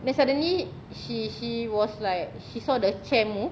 then suddenly she she was like she saw the chair move